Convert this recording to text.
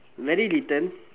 very little